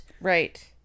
right